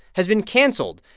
has been canceled,